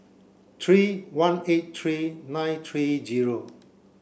three one eight three nine three zero